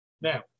Now